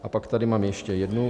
A pak tady mám ještě jednu.